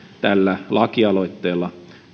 tällä lakialoitteella